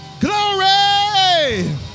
glory